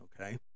okay